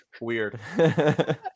Weird